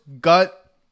gut